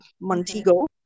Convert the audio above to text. Montego